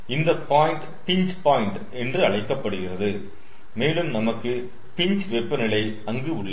இந்த point pinch point என்று அழைக்கப்படுகிறது மேலும் நமக்கு பின்ச் வெப்பநிலை அங்கு உள்ளது